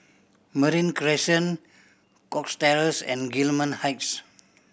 Marine Crescent Cox Terrace and Gillman Heights